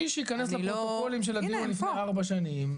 מי שיכנס לפרוטוקולים של הדיונים מלפני ארבע שנים.